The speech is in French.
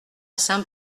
saint